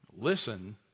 Listen